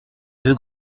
deux